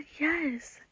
yes